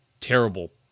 terrible